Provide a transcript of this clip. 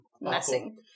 Messing